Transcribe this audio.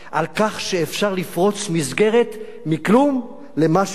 על כך שאפשר לפרוץ מסגרת מכלום למשהו.